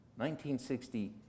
1960